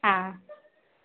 ஆ